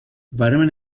vitamin